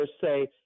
say